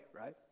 right